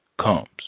comes